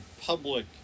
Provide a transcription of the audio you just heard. public